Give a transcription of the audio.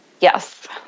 Yes